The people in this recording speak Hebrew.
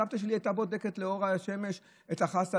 הסבתא שלי הייתה בודקת לאור השמש את החסה,